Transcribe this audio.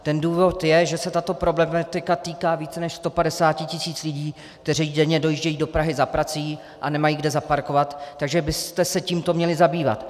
Ten důvod je, že se tato problematika týká více než 150 tisíc lidí, kteří denně dojíždějí do Prahy za prací a nemají kde zaparkovat, takže byste se tímto měli zabývat.